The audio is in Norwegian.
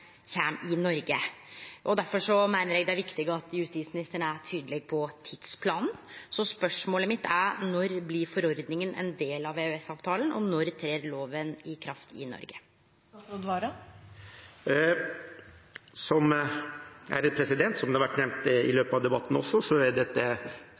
kjem i Noreg. Difor meiner eg det er viktig at justisministeren er tydeleg på tidsplanen. Spørsmålet mitt er: Når blir forordninga ein del av EØS-avtalen, og når trer loven i kraft i Noreg? Som det har vært nevnt i